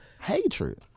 hatred